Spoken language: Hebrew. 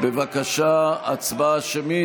בבקשה, הצבעה שמית.